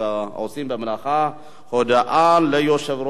הצעת חוק הנוער (טיפול והשגחה)